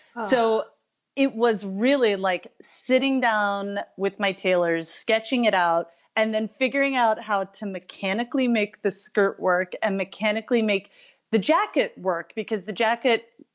so it was really like sitting down with my tailors, sketching it out and then figuring out how to mechanically make the skirt work and mechanically make the jacket work because the jacket,